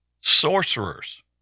sorcerers